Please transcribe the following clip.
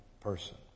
person